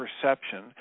perception